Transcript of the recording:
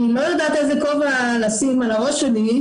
אני לא יודעת איזה כובע לשים על הראש שלי,